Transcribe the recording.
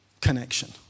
connection